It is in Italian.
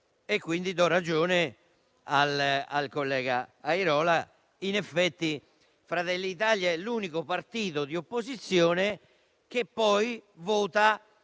Do quindi ragione al collega Airola, perché in effetti Fratelli d'Italia è l'unico partito di opposizione che poi vota